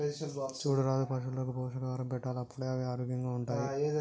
చూడు రాజు పశువులకు పోషకాహారం పెట్టాలి అప్పుడే అవి ఆరోగ్యంగా ఉంటాయి